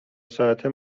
ساعته